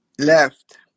left